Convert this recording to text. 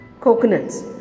coconuts